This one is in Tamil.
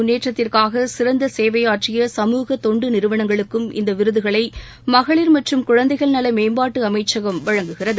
முன்னேற்றத்திற்காக சிறந்த சேவையாற்றிய சமூக தொண்டு நிறுவனங்களுக்கும் மகளிர் இந்தவிருதுகளைமகளிர் மற்று குழந்தைகள் மேம்பாட்டு அமைச்சகம் வழங்குகிறது